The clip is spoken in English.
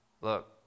Look